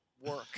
work